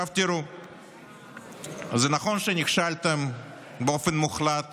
זה נכון שנכשלתם באופן מוחלט